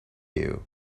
you